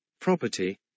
property